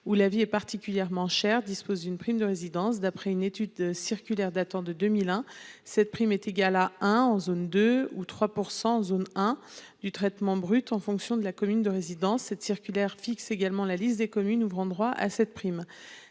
où la vie est particulièrement cher dispose d'une prime de résidence d'après une étude circulaire datant de 2001, cette prime est égal à 1 en zone 2 ou 3% zone hein du traitement brut en fonction de la commune de résidence. Cette circulaire fixe également la liste des communes ouvrant droit à cette prime.